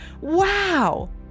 Wow